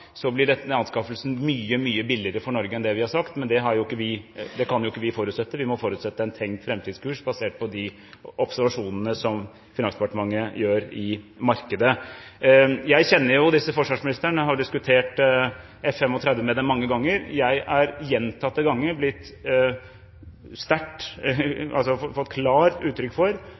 blir denne anskaffelsen mye, mye billigere for Norge enn det vi har sagt, men det kan ikke vi forutsette. Vi må forutsette en tenkt fremtidskurs, basert på de observasjonene som Finansdepartementet gjør i markedet. Jeg kjenner disse forsvarsministrene og har diskutert F-35 mange ganger med dem. Jeg har gjentatte ganger